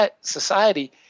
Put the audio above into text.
society